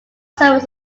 summers